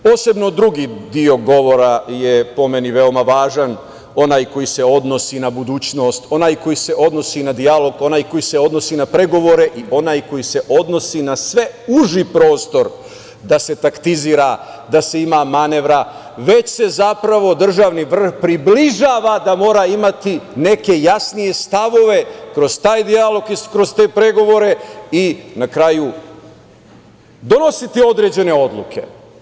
Posebno drugi deo govora je po meni veoma važan, onaj koji se odnosi na budućnost, onaj koji se odnosi na dijalog, onaj koji se odnosi na pregovore i onaj koji se odnosi na sve uži prostor da se taktizira, da se ima manevra, već se zapravo državni vrh približava da mora imati neke jasnije stavove kroz taj dijalog i kroz te pregovore i na kraju donositi određene odluke.